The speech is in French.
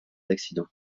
accident